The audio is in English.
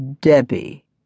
Debbie